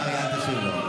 השר קרעי, אל תשיב לו.